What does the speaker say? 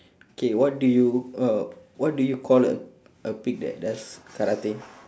okay what do you uh what do you call a a pig that does karate